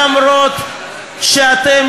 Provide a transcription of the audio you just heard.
למרות שאתם,